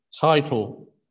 title